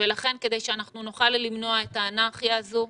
לכן, כדי שנוכל למנוע את האנרכיה הזו,